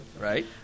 Right